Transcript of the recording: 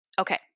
Okay